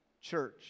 church